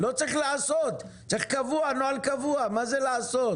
לא צריך לעשות, צריך נוהל קבוע, מה זה לעשות?